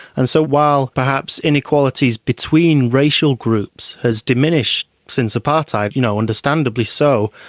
and so while perhaps inequalities between racial groups has diminished since apartheid, you know, understandably so,